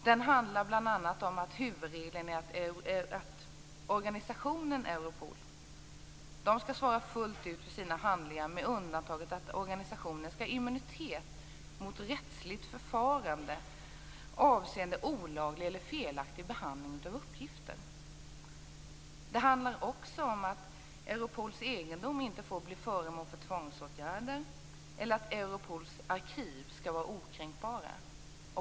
Det handlar bl.a. om huvudregeln att organisationen Europol skall svara fullt ut för sina handlingar med undantaget att organisationen skall ha immunitet mot rättsligt förfarande avseende olaglig eller felaktig behandling av uppgifter. Det handlar också om att Europols egendom inte får bli föremål för tvångsåtgärder och om att Europols arkiv skall vara okränkbara.